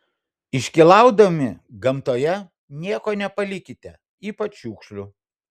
iškylaudami gamtoje nieko nepalikite ypač šiukšlių